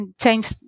Change